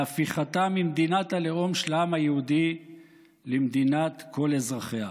להפיכתה ממדינת הלאום של העם היהודי למדינת כל אזרחיה.